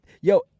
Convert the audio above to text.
Yo